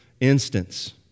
instance